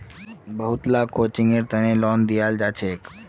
बहुत ला कोचिंगेर तने लोन दियाल जाछेक